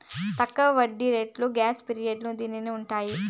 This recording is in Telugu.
తక్కువ వడ్డీ రేట్లు గ్రేస్ పీరియడ్లు దీనికి ఉంటాయి